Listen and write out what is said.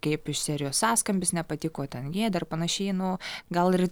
kaip iš serijos sąskambis nepatiko ten gėda ar panašiai nu gal ir